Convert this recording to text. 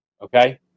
Okay